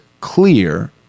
clear